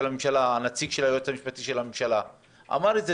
נציג היועץ המשפטי לממשלה אמר את זה.